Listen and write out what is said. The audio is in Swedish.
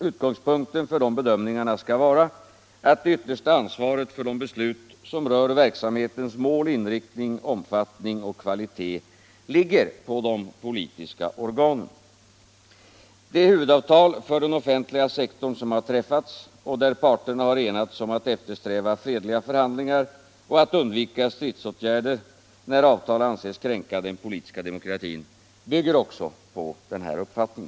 Utgångspunkten för dessa bedömningar skall vara att det yttersta ansvaret för de beslut som rör verksamhetens mål, inriktning, omfattning och kvalitet ligger på de politiska organen. Det huvudavtal för den offentliga sektorn som träffats och där parterna enats om att eftersträva fredliga förhandlingar och att undvika stridsåtgärder när avtal anses kränka den politiska demokratin bygger också på denna uppfattning.